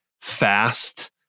fast